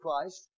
Christ